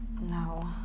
No